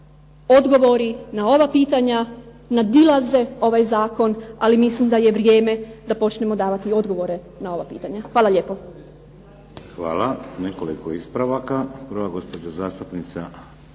odgovori na ova pitanja nadilaze ovaj zakon, ali mislim da je vrijeme da počnemo davati odgovore na ova pitanja. Hvala lijepo. **Šeks, Vladimir (HDZ)** Hvala. Nekoliko ispravaka. Prva je gospođa zastupnica